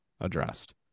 addressed